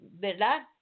¿verdad